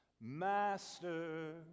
Master